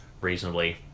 reasonably